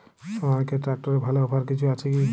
সনালিকা ট্রাক্টরে ভালো অফার কিছু আছে কি?